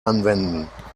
anwenden